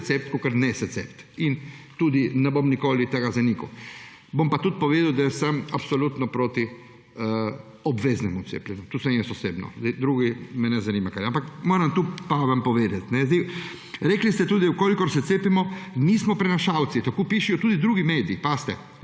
cepiti kakor se ne cepiti. In tudi ne bom nikoli tega zanikal. Bom pa tudi povedal, da sem absolutno proti obveznemu cepljenju. Jaz osebno, drugi me ne zanimajo. Ampak moram tu pa vam povedati. Rekli ste tudi, da v kolikor se cepimo, nismo prenašalci. Tako pišejo tudi drugi mediji – pazite!